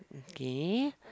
okay